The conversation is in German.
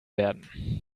werden